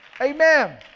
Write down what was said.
Amen